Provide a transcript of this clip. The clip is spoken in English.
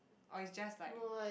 or is just like